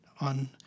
on